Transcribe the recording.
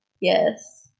Yes